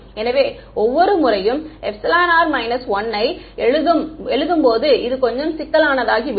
எனவே ஒவ்வொரு முறையும் r 1 யை எழுதும்போது இது கொஞ்சம் சிக்கலானதாகிவிடும்